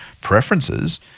preferences